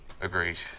Agreed